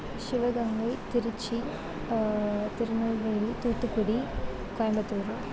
Sivaganga Tiruchi Tirunelveli Thoothukudi Coimbatore